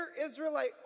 Israelite